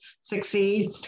succeed